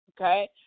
okay